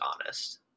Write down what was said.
honest